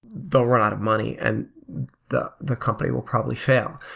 they'll run out of money and the the company will probably fail.